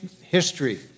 history